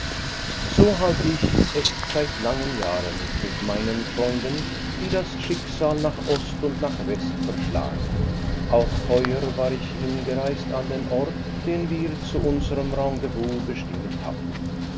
so halte ich es seit langen jahren mit meinen freunden die das schicksal nach ost und nach west verschlagen auch heuer war ich hingereist an den ort den wir zu unserem rendezvous bestimmt hatten